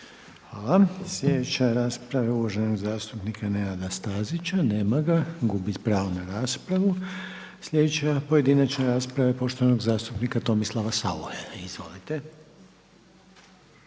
Hvala. Sljedeća pojedinačna rasprava je uvaženog zastupnika Nenada Stazića. Nema ga, gubi pravo na raspravu. I sada je pojedinačna rasprava poštovanog zastupnika Ivana Pernara. Izvolite.